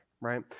right